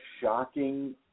shocking